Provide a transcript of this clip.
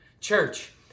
Church